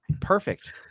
perfect